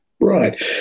Right